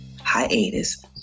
hiatus